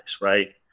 right